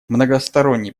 многосторонний